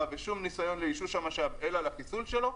ושום ניסיון לאישוש המשאב אלא לפסילה שלו,